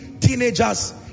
teenagers